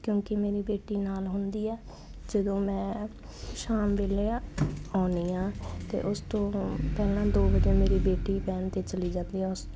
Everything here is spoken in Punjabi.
ਕਿਉਂਕਿ ਮੇਰੀ ਬੇਟੀ ਨਾਲ ਹੁੰਦੀ ਆ ਜਦੋਂ ਮੈਂ ਸ਼ਾਮ ਵੇਲੇ ਆਉਨੀ ਆ ਤੇ ਉਸ ਤੋਂ ਪਹਿਲਾਂ ਦੋ ਵਜੇ ਮੇਰੀ ਬੇਟੀ ਵੈਨ ਤੇ ਚਲੀ ਜਾਂਦੀ ਆ ਉਸ